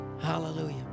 Hallelujah